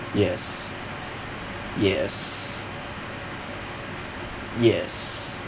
yes yes yes